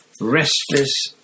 restless